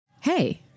Hey